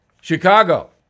Chicago